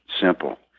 simple